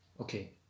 Okay